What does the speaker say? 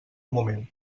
moment